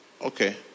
okay